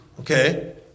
Okay